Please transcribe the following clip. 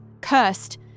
Cursed